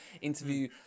interview